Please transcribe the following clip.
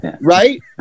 Right